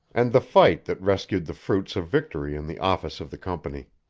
and the fight that rescued the fruits of victory in the office of the company.